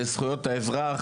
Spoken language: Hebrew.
לזכויות האזרח,